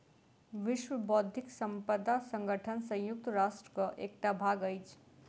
विश्व बौद्धिक संपदा संगठन संयुक्त राष्ट्रक एकटा भाग अछि